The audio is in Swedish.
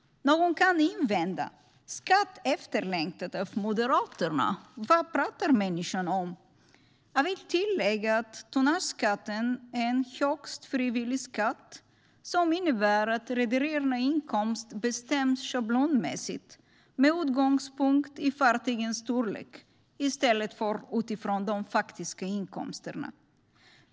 Någon kan invända: en skatt efterlängtad av Moderaterna! Vad pratar människan om? Jag vill tillägga att tonnageskatten är en högst frivillig skatt som innebär att rederiernas inkomst bestäms schablonmässigt med utgångspunkt i fartygens storlek i stället för utifrån de faktiska inkomsterna.